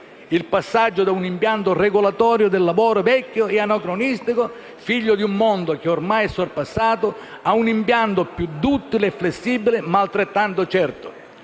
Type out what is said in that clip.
il passaggio da un impianto regolatorio del lavoro vecchio e anacronistico, figlio di un mondo che ormai è sorpassato, a un impianto più duttile e flessibile, ma altrettanto certo.